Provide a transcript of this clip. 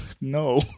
No